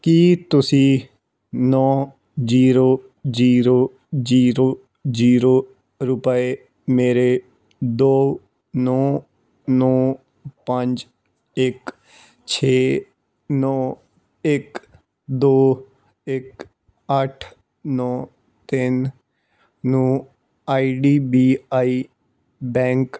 ਕੀ ਤੁਸੀਂਂ ਨੌਂ zero zero zero zero ਰੁਪਏ ਮੇਰੇ ਦੋ ਨੌਂ ਨੌਂ ਪੰਜ ਇੱਕ ਛੇ ਨੌਂ ਇੱਕ ਦੋ ਇੱਕ ਅੱਠ ਨੌਂ ਤਿੰਨ ਨੂੰ I D B I bank